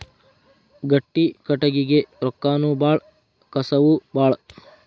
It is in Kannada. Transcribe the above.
ಗಟ್ಟಿ ಕಟಗಿಗೆ ರೊಕ್ಕಾನು ಬಾಳ ಕಸುವು ಬಾಳ